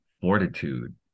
fortitude